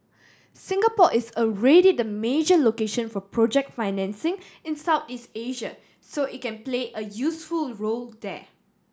Singapore is already the major location for project financing in Southeast Asia so it can play a useful role there